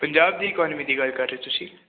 ਪੰਜਾਬ ਦੀ ਇਕੋਨਮੀ ਦੀ ਗੱਲ ਕਰ ਰਹੇ ਤੁਸੀਂ